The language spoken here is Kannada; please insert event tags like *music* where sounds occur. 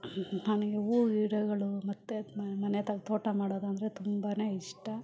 *unintelligible* ನನಗೆ ಹೂ ಗಿಡಗಳು ಮತ್ತೆ ಮನೆ ತವ ತೋಟ ಮಾಡೋದೆಂದ್ರೆ ತುಂಬನೇ ಇಷ್ಟ